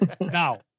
Now